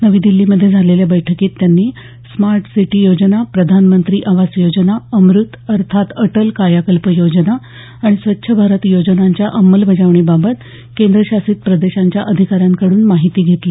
नवी दिल्लीमध्ये झालेल्या बैठकीत त्यांनी स्मार्ट सिटी योजना प्रधानमंत्री आवास योजना अमृत अर्थात अटल कायाकल्प योजना आणि स्वच्छ भारत योजनांच्या अंमलबजावणीबाबत केंद्रशासित प्रदेशांच्या अधिकाऱ्यांकडून माहिती घेतली